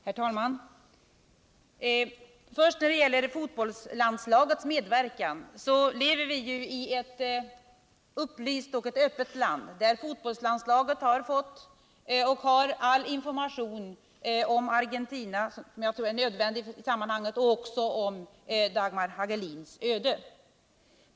Herr talman! Nir det gäller fotbollslandslagets medverkan vill jag säga att vi ju lever i ett upplyst och öppet land, där fotbollstandstaget har all information om Argentina som jag tror är nödvändig I sammanhanget liksom också om Dagmar Hagelins öde.